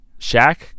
Shaq